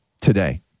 today